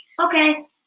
Okay